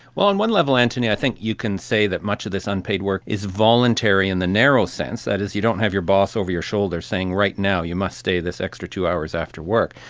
well, on one level, antony, i think you can say that much of this unpaid work is voluntary in the narrow sense. that is, you don't have your boss over your shoulder saying right now you must stay this extra two hours after work.